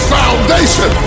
foundation